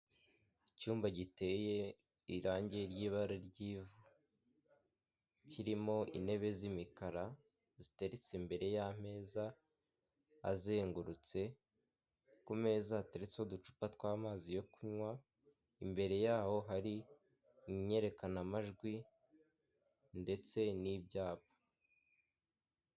Icyumba giteye irange ry'ibara ry'ivu kirimo intebe z'imikara ziteritse imbere y'ameza azengurutse, ku meza hateretseho uducupa tw'amazi yo kunywa, imbere yaho hari imyerekanamajwi ndetse n'ibyapa.